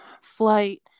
flight